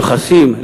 מיוחסים,